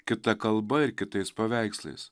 kita kalba ir kitais paveikslais